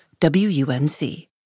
WUNC